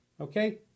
okay